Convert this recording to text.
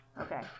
Okay